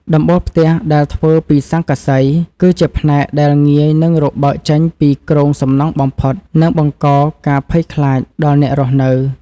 ដំបូលផ្ទះដែលធ្វើពីស័ង្កសី គឺជាផ្នែកដែលងាយនឹងរបើកចេញពីគ្រោងសំណង់បំផុត និងបង្កការភ័យខ្លាចដល់អ្នករស់នៅ។